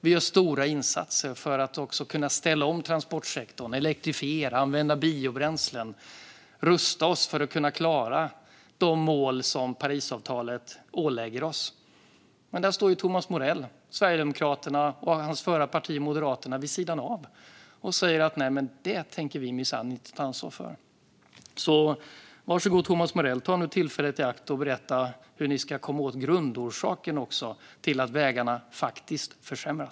Vi gör stora insatser för att kunna ställa om transportsektorn och elektrifiera, använda biobränslen och rusta oss för att kunna klara de mål som Parisavtalet ålägger oss. Men här står Thomas Morell, Sverigedemokraterna och hans förra parti Moderaterna vid sidan av och säger: Nej, detta tänker vi minsann inte ta ansvar för! Så varsågod, Thomas Morell, ta nu tillfället i akt och berätta hur ni ska komma åt grundorsaken till att vägarna faktiskt försämras!